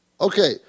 Okay